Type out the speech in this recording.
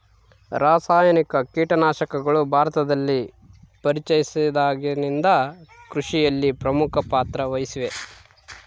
ರಾಸಾಯನಿಕ ಕೇಟನಾಶಕಗಳು ಭಾರತದಲ್ಲಿ ಪರಿಚಯಿಸಿದಾಗಿನಿಂದ ಕೃಷಿಯಲ್ಲಿ ಪ್ರಮುಖ ಪಾತ್ರ ವಹಿಸಿವೆ